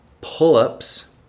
pull-ups